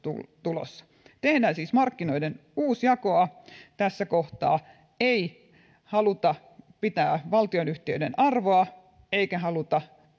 tulossa tehdään siis markkinoiden uusjakoa tässä kohtaa ei haluta pitää valtionyhtiöiden arvoa eikä haluta